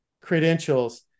credentials